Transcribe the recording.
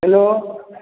hello